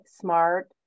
smart